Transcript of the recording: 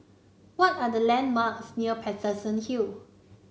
what are the landmarks near Paterson Hill